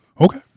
Okay